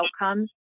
outcomes